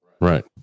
Right